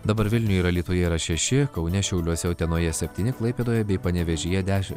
dabar vilniuje ir alytuje yra šeši kaune šiauliuose utenoje septyni klaipėdoje bei panevėžyje dešimt